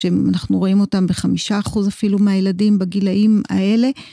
שאנחנו רואים אותם בחמישה אחוז אפילו מהילדים בגילאים האלה.